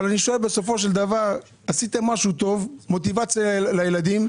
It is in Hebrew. בסופו של דבר עשיתם משהו טוב, מוטיבציה לילדים,